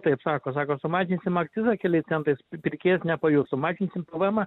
taip sako sako sumažinsim akcizą keliais centais pirkėjas nepajus sumažinsim pėvėemą